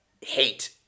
hate